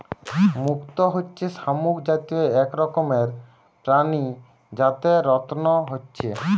মুক্ত হচ্ছে শামুক জাতীয় এক রকমের প্রাণী যাতে রত্ন হচ্ছে